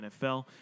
NFL